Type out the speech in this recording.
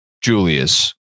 Julius